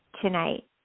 tonight